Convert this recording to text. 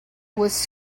was